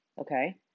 okay